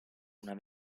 una